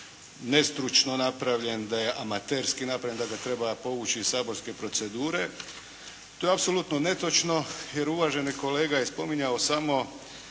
nestručno napravljen, da je amaterski napravljen, da ga treba povući iz saborske procedure. To je apsolutno netočno jer uvaženi kolega je spominjao samo